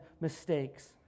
mistakes